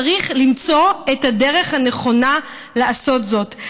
צריך למצוא את הדרך הנכונה לעשות זאת.